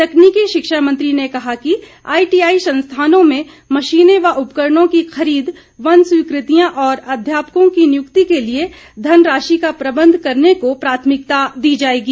तकनीकी शिक्षा मंत्री ने कहा कि आईटीआई संस्थानों में मशीने व उपकरणों की खरीद वन स्वीकृतियां और अध्यापकों की नियुक्ति के लिए धनराशि का प्रबंध करने को प्राथमिकता दी जाएगी